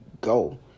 go